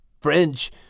French